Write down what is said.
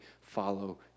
follow